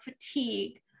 fatigue